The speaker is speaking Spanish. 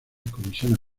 comisiones